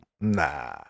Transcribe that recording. nah